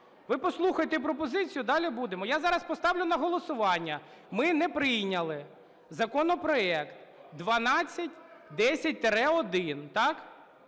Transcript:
Ви послухайте пропозицію, далі будемо. Я зараз поставлю на голосування. Ми не прийняли законопроект 1210-1. Так?